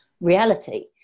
reality